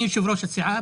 אני יושב-ראש הסיעה,